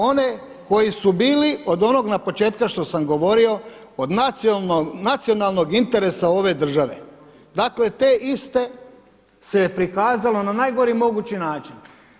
One koji su bili od onog na početku što sam govorio od nacionalnog interesa ove države, dakle te iste se je prikazalo na najgori mogući način.